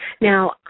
Now